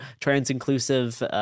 trans-inclusive